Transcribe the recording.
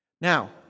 Now